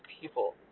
people